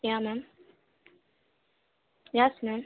ya ma'am yes ma'am